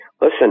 listen